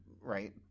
right